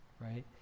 right